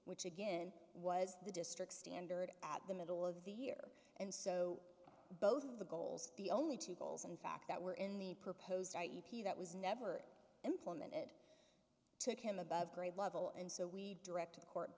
which again was the district's standard at the middle of the year and so both of the goals the only two goals in fact that were in the proposed a e p that was never implemented took him above grade level and so we direct a court